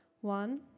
One